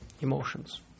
emotions